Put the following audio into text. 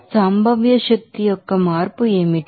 potential ఎనెర్జియొక్క మార్పు ఏమిటి